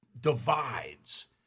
divides